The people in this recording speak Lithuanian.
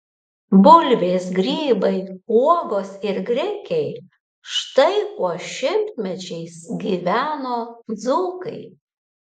bulvės grybai uogos ir grikiai štai kuo šimtmečiais gyveno dzūkai